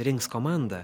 rinks komandą